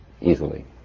easily